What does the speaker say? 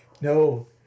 no